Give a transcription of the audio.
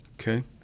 Okay